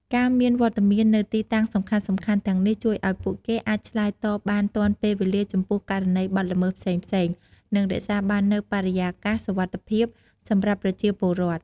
ការមានវត្តមាននៅទីតាំងសំខាន់ៗទាំងនេះជួយឲ្យពួកគេអាចឆ្លើយតបបានទាន់ពេលវេលាចំពោះករណីបទល្មើសផ្សេងៗ និងរក្សាបាននូវបរិយាកាសសុវត្ថិភាពសម្រាប់ប្រជាពលរដ្ឋ។